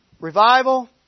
Revival